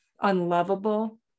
unlovable